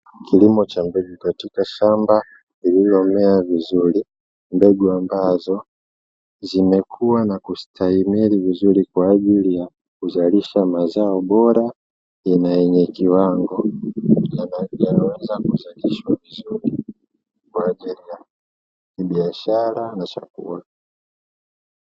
Kilimo cha mbegu katika shamba lililomea vizuri mbegu ambazo zimekua na kustahimili vizuri, kwa ajili ya kuzalisha mazao bora na yenye kiwango yanaoweza kuzalishwa vizuri kwa ajili ya kibiashara na chakula.